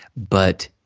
but,